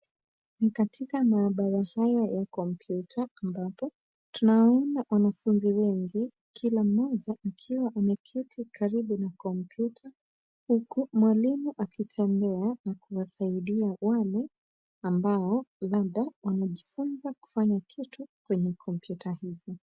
Ni katika maabara haya ya kompyuta ambapo tunaona wanafunzi wengi, kila mmoja akiwa ameketi karibu na kompyuta huku mwalimu akitembea na kusaidia wale ambao labda wanajifunza kufanya kitu kwenye kompyuta hizi.